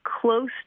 close